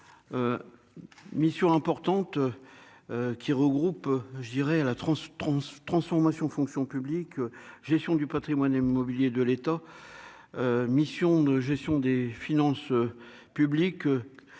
mission importante qui regroupe, je dirais à la tronche, transformation, fonction publique, gestion du Patrimoine immobilier de l'État, mission de gestion des finances publiques